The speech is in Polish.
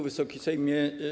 Wysoki Sejmie!